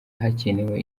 hakenewe